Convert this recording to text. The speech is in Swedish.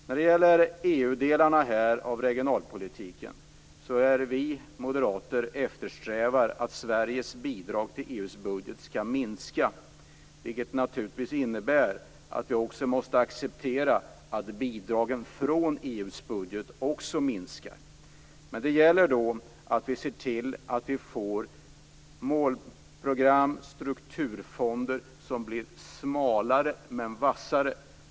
När det gäller EU-delarna av regionalpolitiken eftersträvar vi moderater att Sveriges bidrag till EU:s budget skall minska, vilket naturligtvis inenbär att vi också måste acceptera att bidragen från EU:s budget minskar. Det gäller då att se till att vi får målprogram och strukturfonder som blir smalare men vassare.